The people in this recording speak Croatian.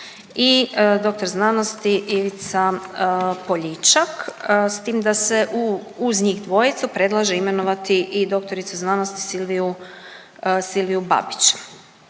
i doktor znanosti Ivica Poljičak, s tim da se uz njih dvojicu predlaže imenovati i doktoricu znanosti Silviju Babić.